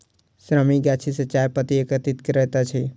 श्रमिक गाछी सॅ चाय पत्ती एकत्रित करैत अछि